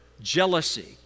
jealousy